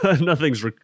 nothing's